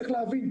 צריך להבין,